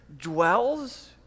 dwells